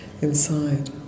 inside